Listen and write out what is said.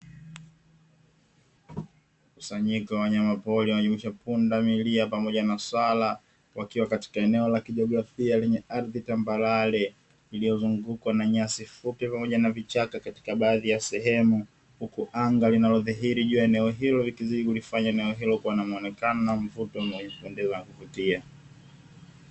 Mkusanyiko wa wanyama pori, unaojumuisha Pundamilia pamoja na Swala, wakiwa katika eneo la kijiografia lenye ardhi tambarare, iliyozungukwa na nyasi fupi pamoja na vichaka katika baadhi ya sehemu. Huku anga linalodhihiri juu ya eneo hilo, likizidi kulifanya eneo hilo kuwa na muonekano na mvuto unaopendeza na kuvutia.